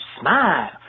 smile